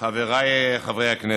חבריי חברי הכנסת,